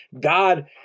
God